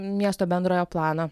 miesto bendrojo plano